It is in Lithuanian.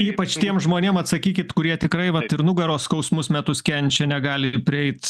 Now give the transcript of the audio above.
ypač tiem žmonėm atsakykit kurie tikrai vat ir nugaros skausmus metus kenčia negali prieit